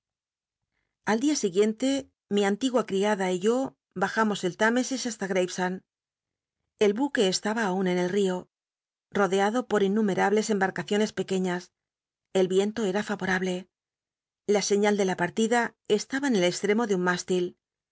al día siguiente mi antigua criada y yo bajamos el l'limesis basta gr csend el bu juc estaba aun en el rio rodeado por innumerables embarcaciones pcc uciías el viento era fay orable la sciial de la partida estaba en el csllcmo de un m